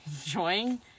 enjoying